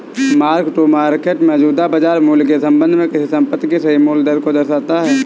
mark to market मौजूदा बाजार मूल्य के संबंध में किसी संपत्ति के सही मूल्य को दर्शाता है